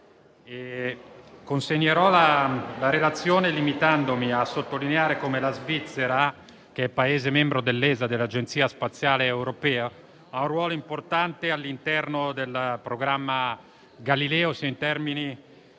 consegnerò la relazione, limitandomi a sottolineare come la Svizzera, che è Paese membro dell'ESA (l'Agenzia spaziale europea), abbia un ruolo importante all'interno del programma Galileo, in termini